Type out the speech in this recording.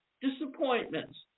disappointments